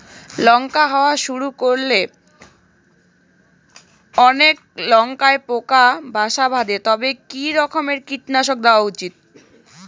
লঙ্কা হওয়া শুরু করলে অনেক লঙ্কায় পোকা বাসা বাঁধে তবে কি রকমের কীটনাশক দেওয়া উচিৎ?